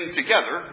together